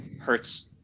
hurts